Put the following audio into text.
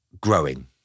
growing